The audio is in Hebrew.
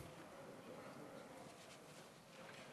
מה,